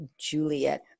Juliet